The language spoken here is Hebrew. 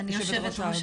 אז קודם כל,